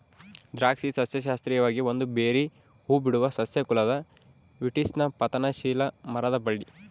ದ್ರಾಕ್ಷಿ ಸಸ್ಯಶಾಸ್ತ್ರೀಯವಾಗಿ ಒಂದು ಬೆರ್ರೀ ಹೂಬಿಡುವ ಸಸ್ಯ ಕುಲದ ವಿಟಿಸ್ನ ಪತನಶೀಲ ಮರದ ಬಳ್ಳಿ